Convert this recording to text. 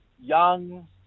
young